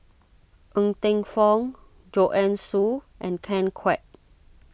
Ng Teng Fong Joanne Soo and Ken Kwek